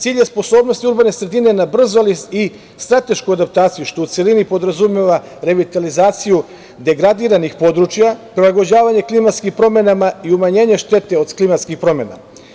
Cilj je sposobnost urbane sredine na brzu, ali i stratešku adaptaciju, što u celini podrazumeva revitalizaciju degradiranih područja, prilagođavanje klimatskim promenama i umanjenje štete od klimatskih promena.